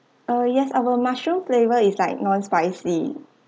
oh yes our mushroom flavor is like non spicy